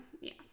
yes